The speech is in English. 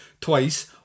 twice